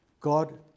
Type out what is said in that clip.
God